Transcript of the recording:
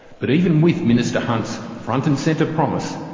but even with minister hunt's front and centre promise,